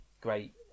great